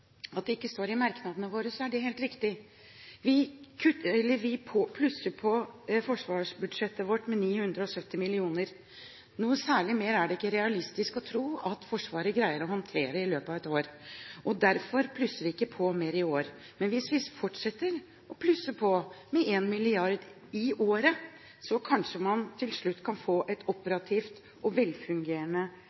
at det ikke står i merknadene våre, er det helt riktig. Vi plusser på forsvarsbudsjettet vårt med 970 mill. kr. Noe særlig mer er det ikke realistisk å tro at Forsvaret greier å håndtere i løpet av ett år. Derfor plusser vi ikke på mer i år. Men hvis vi fortsetter å plusse på med 1 mrd. kr i året, kan man kanskje til slutt få et operativt og velfungerende